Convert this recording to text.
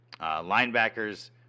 linebackers